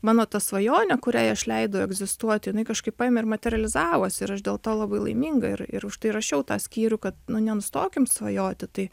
mano ta svajonė kuriai aš leidau egzistuoti jinai kažkaip paėmė ir materializavosi ir aš dėl to labai laiminga ir ir už tai rašiau tą skyrių kad nu nenustokim svajoti tai